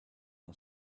are